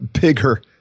bigger